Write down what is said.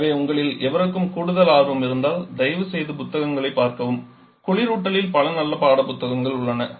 எனவே உங்களில் எவருக்கும் கூடுதல் ஆர்வம் இருந்தால் தயவுசெய்து புத்தகங்களைப் பார்க்கவும் குளிரூட்டலில் பல நல்ல பாடப்புத்தகங்கள் உள்ளன